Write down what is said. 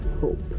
hope